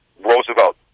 Roosevelt